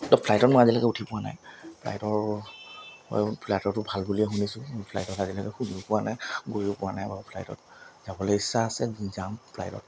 তো ফ্লাইটত মই আজিলৈকে উঠি পোৱা নাই ফ্লাইটৰ হয় ফ্লাইটৰতো ভাল বুলিয়ে শুনিছোঁ ফ্লাইটত আজিলৈকে শুনিও পোৱা নাই গৈও পোৱা নাই বাৰু ফ্লাইটত যাবলৈ ইচ্ছা আছে যাম ফ্লাইটত